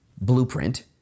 blueprint